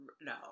No